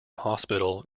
hospital